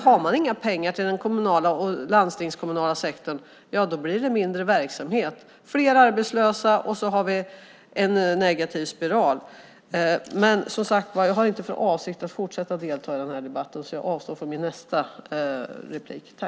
Har man inga pengar till kommun och landstingssektorn blir det mindre verksamhet och fler arbetslösa. Det blir en negativ spiral. Jag har inte för avsikt att fortsätta delta i denna debatt, så jag avstår från mitt nästa inlägg.